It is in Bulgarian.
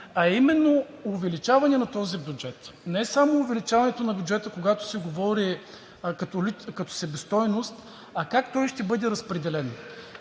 именно за увеличаването на този бюджет – не само увеличаването на бюджета, когато се говори като себестойност, а как той ще бъде разпределен.